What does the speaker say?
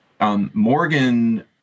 Morgan